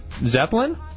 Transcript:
Zeppelin